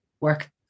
work